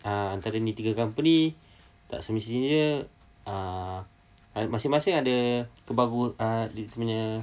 uh antara ni tiga company tak semestinya uh masing-masing ada kebagus~ uh dia punya